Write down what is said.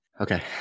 Okay